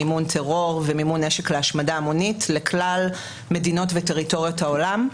מימון טרור ומימון נשק להשמדה המונית לכלל מדינות וטריטוריות העולם.